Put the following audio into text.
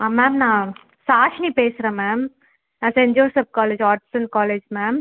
ஆ ma'am நான் ஷாஸினி பேசுகிறேன் ma'am saint Joseph college arts and college ma'am